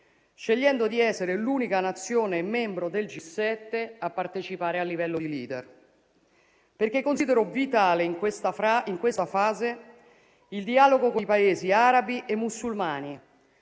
scegliendo che l'Italia fosse l'unica Nazione membro del G7 a partecipare al livello di *leader,* perché considero vitale, in questa fase, il dialogo con i Paesi arabi e musulmani